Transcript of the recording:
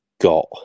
got